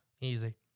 Easy